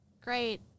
great